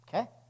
Okay